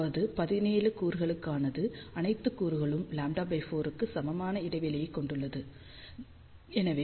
அதாவது 17 கூறுகளுக்கானது அனைத்து கூறுகளும் λ4 க்கு சமமான இடைவெளியைக் கொண்டுள்ளன 4